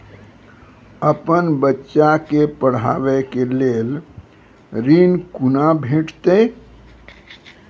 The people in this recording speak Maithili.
अपन बच्चा के पढाबै के लेल ऋण कुना भेंटते?